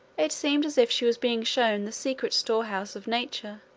it seemed as if she was being shown the secret store-house of nature,